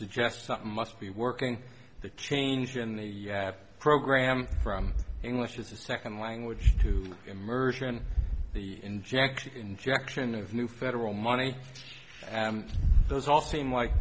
suggests something must be working the change in the program from english is a second language to immersion the inject injection of new federal money and those all seem like